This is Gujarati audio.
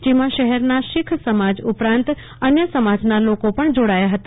જેમાં શહેરના શીખ સમાજ તેમજ અન્ય સમાજના લોકો જોડાયા હતા